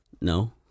No